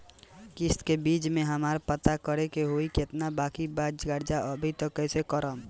किश्त के बीच मे हमरा पता करे होई की केतना बाकी बा कर्जा अभी त कइसे करम?